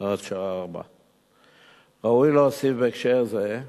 עד השעה 16:00. ראוי להוסיף בהקשר זה,